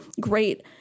great